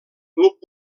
club